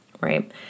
right